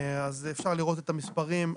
אפשר לראות את המספרים.